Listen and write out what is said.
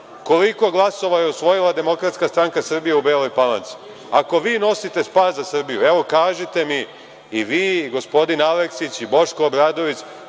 Koliko glasova je osvojila DSS u Beloj Palanci? Ako vi nosite spas za Srbiju, evo, kažite mi i vi i gospodin Aleksić i Boško Obradović,